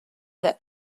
that